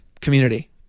Community